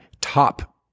top